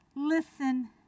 Listen